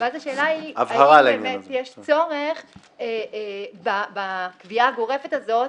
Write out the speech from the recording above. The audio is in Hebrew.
ואז השאלה היא אם יש צורך בקביעה הגורפת הזאת,